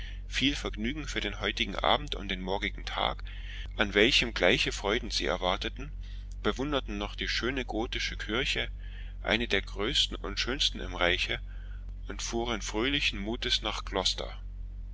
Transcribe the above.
viel vergnügen für den heutigen abend und den morgigen tag an welchem gleiche freuden sie erwarteten bewunderten noch die schöne gotische kirche eine der größten und schönsten im reiche und fuhren fröhlichen muts nach